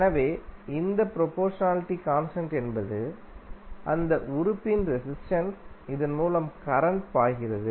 எனவே இந்த proportionality constant என்பது அந்த உறுப்பின் ரெசிஸ்டென்ஸ் இதன் மூலம் கரண்ட் பாய்கிறது